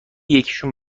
یکیشون